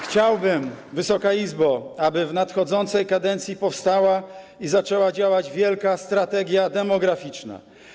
Chciałbym, aby w nadchodzącej kadencji powstała i zaczęła działać wielka strategia demograficzna.